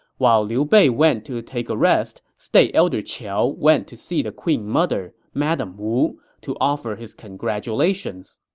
while liu bei went to take a rest, state elder qiao went to see the queen mother, madame wu, to offer his congratulations.